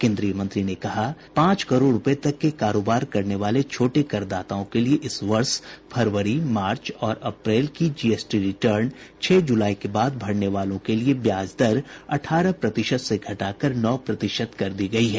केंद्रीय मंत्री ने कहा कि पांच करोड़ रुपये तक के कारोबार करने वाले छोटे करदाताओं के लिए इस वर्ष फरवरी मार्च और अप्रैल की जीएसटी रिटर्न छह ज़ुलाई के बाद भरने वालों के लिए ब्याज दर अठारह प्रतिशत से घटाकर नौ प्रतिशत कर दी गई है